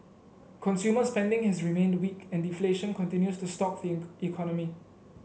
consumer spending has remained weak and deflation continues to stalk the economy